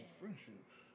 friendships